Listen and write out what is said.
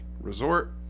resort